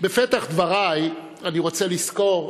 בפתח דברי אני רוצה לזכור,